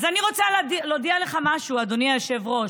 אז אני רוצה להודיע לך משהו, אדוני היושב-ראש: